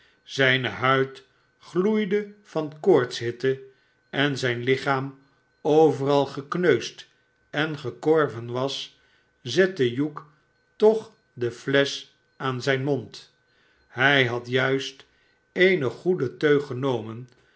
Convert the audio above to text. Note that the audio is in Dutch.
zijne huid gloeide van koortshitte en zijn lichaam overal gekneusd en gekorven was zette hugh toch de nesch aan zijn mond hij had juist eene goede teug genomen